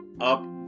up